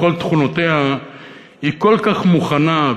בכל תכונותיה היא כל כך מוכנה,